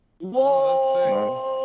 Whoa